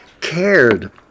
cared